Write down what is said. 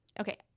Okay